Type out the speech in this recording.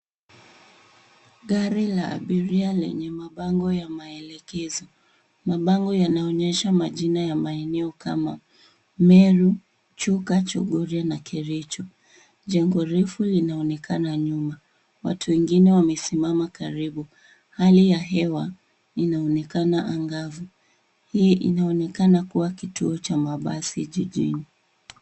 Gari la abiria lenye mabango ya maelekezo. Mabango yanaonyesha majina ya maeneo kama Meru, Chuka, Chogoria na Kericho. Jengo refu linaonekana nyuma. Watu wengine wamesimama karibu. Hali ya hewa inaonekana angavu. Hii inaonekana kuwa kituo cha mabasi jijini.